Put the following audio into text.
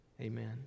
Amen